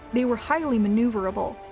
they were highly maneuverable,